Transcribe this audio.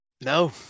No